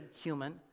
human